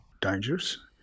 dangerous